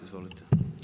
Izvolite.